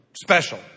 Special